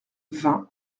vingt